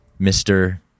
Mr